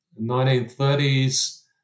1930s